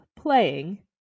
playing